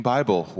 Bible